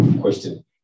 question